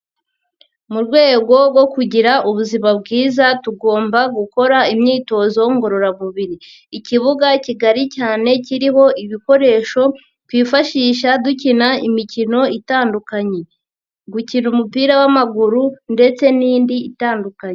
Mu rwego rwo kugira ubuzima bwiza tugomba gukora imyitozo ngororamubiri, ikibuga kigari cyane kiriho ibikoresho twifashisha dukina imikino itandukanye, gukina umupira w'amaguru ndetse n'indi itandukanye.